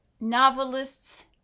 novelists